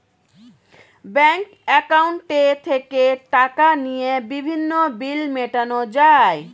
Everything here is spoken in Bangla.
ব্যাংক অ্যাকাউন্টে থেকে টাকা নিয়ে বিভিন্ন বিল মেটানো যায়